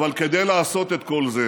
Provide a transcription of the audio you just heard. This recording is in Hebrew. אבל כדי לעשות את כל זה